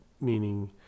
meaning